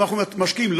ואנחנו משקיעים,